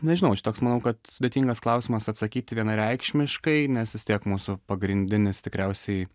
nežinau čia toks manau kad sudėtingas klausimas atsakyti vienareikšmiškai nes vis tiek mūsų pagrindinis tikriausiai